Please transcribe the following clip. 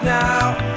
now